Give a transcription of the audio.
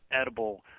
edible